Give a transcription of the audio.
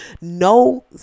no